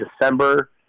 December